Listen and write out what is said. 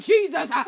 Jesus